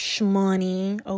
money